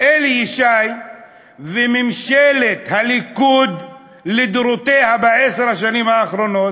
אלי ישי וממשלת הליכוד לדורותיה בעשר השנים האחרונות,